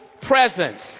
presence